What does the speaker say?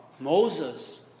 Moses